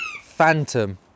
Phantom